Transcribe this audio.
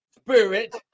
spirit